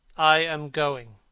i am going,